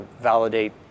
validate